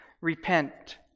repent